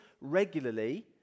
regularly